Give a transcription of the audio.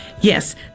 Yes